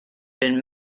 been